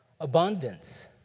abundance